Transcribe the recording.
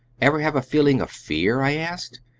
ever have a feeling of fear? i asked.